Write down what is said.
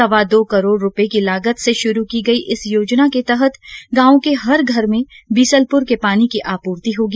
सवा दो करोड रूपये की लागत से शुरू की गई इस योजना के तहत गांव के हर घर में बीसलपुर के पानी की आपूर्ति होगी